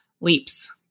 leaps